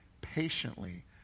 patiently